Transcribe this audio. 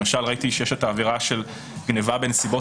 ראיתי שלמשל יש את העבירה של גניבה בנסיבות